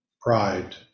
pride